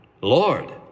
Lord